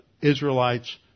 Israelites